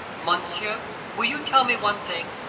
monsieur will you tell me one thing?